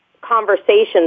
conversations